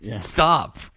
Stop